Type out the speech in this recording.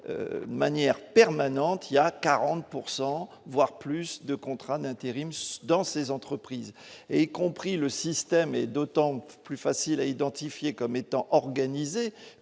que manière. Permanente, il y a 40 pourcent voire plus de contrats d'intérim dans ces entreprises et compris le système est d'autant plus facile à identifier comme étant organisée